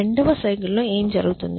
రెండవ సైకిల్లో ఏమి జరుగుతుంది